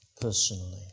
personally